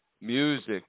Music